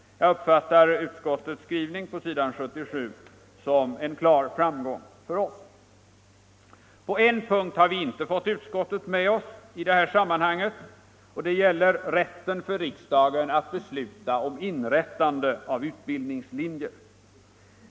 Jag uppfattar det som en klar framgång för oss att utskottet på s. 77 har anslutit sig till dessa principer utan reservationer. På en punkt har vi inte fått utskottet med oss, och det gäller rätten för riksdagen att besluta om inrättande av utbildningslinjer.